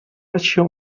arxiu